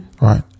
Right